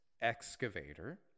excavator